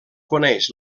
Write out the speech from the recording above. coneix